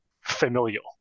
familial